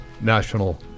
National